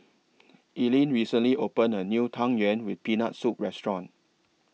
Ellyn recently opened A New Tang Yuen with Peanut Soup Restaurant